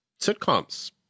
sitcoms